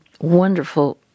wonderful